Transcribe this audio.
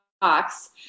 box